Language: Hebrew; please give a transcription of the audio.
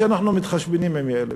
שאנחנו מתחשבנים עם יאיר.